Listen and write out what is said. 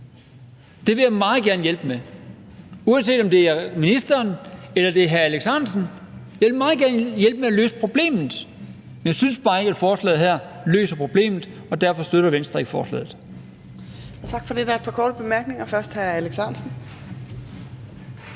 Det vil jeg meget gerne hjælpe med. Uanset om det er ministeren, eller det er hr. Alex Ahrendtsen, vil jeg meget gerne hjælpe med at løse problemet. Men jeg synes bare ikke, at forslaget her løser problemet, og derfor støtter Venstre ikke forslaget.